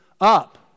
up